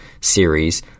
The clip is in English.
series